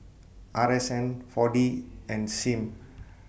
R S N four D and SIM